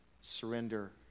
surrender